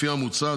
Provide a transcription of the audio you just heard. לפי המוצע,